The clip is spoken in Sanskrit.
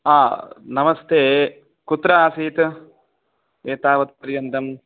हा नमस्ते कुत्र आसीत् एतावत्पर्यन्तं